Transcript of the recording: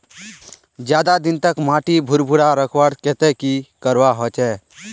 ज्यादा दिन तक माटी भुर्भुरा रखवार केते की करवा होचए?